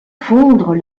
fondre